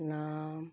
ਨਾਮ